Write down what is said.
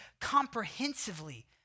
comprehensively